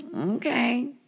Okay